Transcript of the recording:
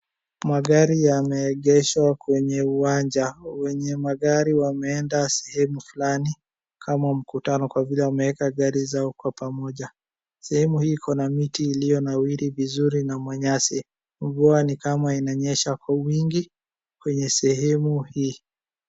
Magari yameegeshwa kwenye uwanja wenye magari wameenda sehemu fulani kama mkutano kwa vile wameeka gari zao kwa pamoja. Sehemu hii ikona miti ilionawiri vizuri na manyasi. Mvua ni kama inanyesha kwa wingi kwenye sehemu hii.